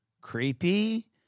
creepy